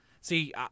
See